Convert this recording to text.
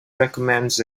recommends